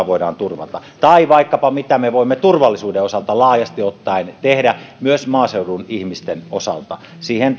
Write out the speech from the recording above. voidaan turvata tai vaikkapa mitä me voimme turvallisuuden osalta laajasti ottaen tehdä myös maaseudun ihmisten osalta siihen